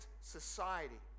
society